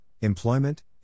employment